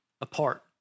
apart